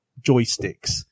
joysticks